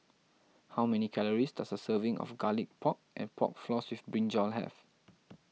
how many calories does a serving of Garlic Pork and Pork Floss with Brinjal have